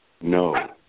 No